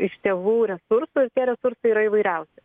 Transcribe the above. iš tėvų resursų ir tie resursai yra įvairiausi